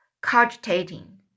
cogitating